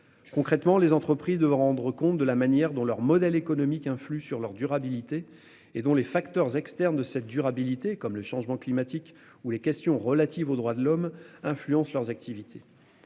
Concrètement, les entreprises devront rendre compte de la manière dont leur modèle économique influe sur leur durabilité et dont les facteurs externes de cette durabilité comme le changement climatique ou les questions relatives aux droits de l'homme influence leurs activités.--